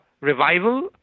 revival